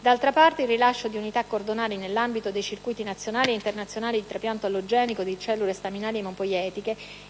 D'altra parte, il rilascio di unità cordonali nell'ambito dei circuiti nazionali e internazionali di trapianto allogenico di cellule staminali emopoietiche